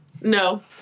No